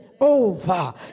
over